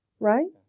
Right